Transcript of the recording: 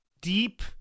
Deep